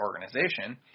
organization